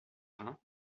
rhin